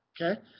okay